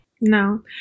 No